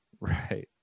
Right